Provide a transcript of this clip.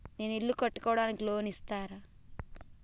నేను ఇల్లు కట్టుకోనికి లోన్ ఇస్తరా?